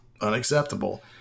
unacceptable